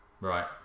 right